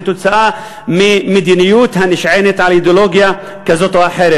כתוצאה ממדיניות הנשענת על אידיאולוגיה כזאת או אחרת.